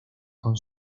con